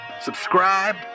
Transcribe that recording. subscribe